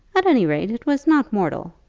at any rate, it was not mortal.